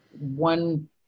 one